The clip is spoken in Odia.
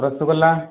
ରସଗୋଲା